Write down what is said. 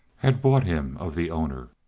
had bought him of the owner,